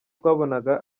twabonaga